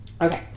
Okay